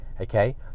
okay